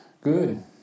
Good